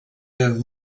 eren